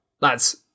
lads